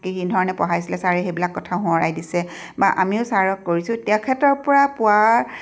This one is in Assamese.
কিধৰণে পঢ়াইছিলে ছাৰে সেইবিলাক কথা সোঁৱৰাই দিছে বা আমিও ছাৰক কৰিছোঁ তেখেতৰ পৰা পোৱা